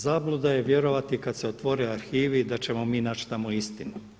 Zabluda je vjerovati kad se otvore arhivi da ćemo mi naći tamo istinu.